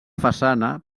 façana